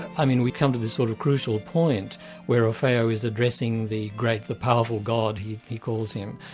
i mean we come to the sort of crucial point where orfeo is addressing the great, the powerful god, he he calls him,